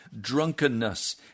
drunkenness